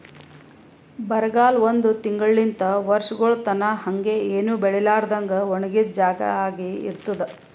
ಬರಗಾಲ ಒಂದ್ ತಿಂಗುಳಲಿಂತ್ ವರ್ಷಗೊಳ್ ತನಾ ಹಂಗೆ ಏನು ಬೆಳಿಲಾರದಂಗ್ ಒಣಗಿದ್ ಜಾಗಾ ಆಗಿ ಇರ್ತುದ್